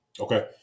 Okay